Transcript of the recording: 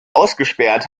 ausgesperrt